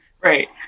Right